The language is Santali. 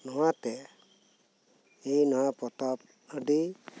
ᱱᱚᱶᱟ ᱛᱮ ᱤᱧ ᱱᱚᱶᱟ ᱯᱚᱛᱚᱵᱽ ᱟᱰᱤ